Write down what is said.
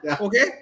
Okay